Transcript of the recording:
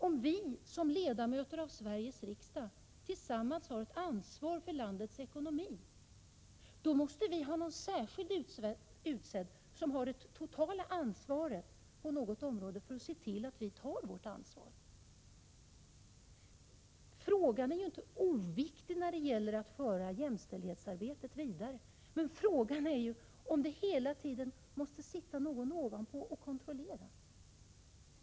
Om vi som ledamöter i Sveriges riksdag tillsammans har ett ansvar för landets ekonomi, då måste vi ha någon särskild person utsedd på varje område som har det totala ansvaret för att se till att vi tar vårt ansvar. Frågan är inte oviktig när det gäller att föra jämställdhetsarbetet vidare. Men måste det hela tiden sitta någon ovanpå och kontrollera?